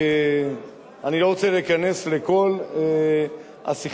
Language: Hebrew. אני לא רוצה להיכנס לכל השיחה,